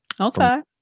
Okay